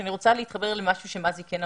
אני רוצה להתחבר למשהו שמזי כן אמרה,